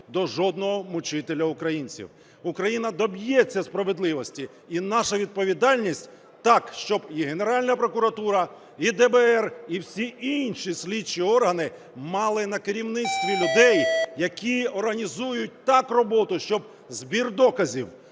до жодного мучителя українців. Україна доб'ється справедливості і наша відповідальність так, щоб і Генеральна прокуратура, і ДБР, і всі інші слідчі органи мали на керівництві людей, які організують так роботу, щоб збір доказів,